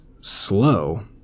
slow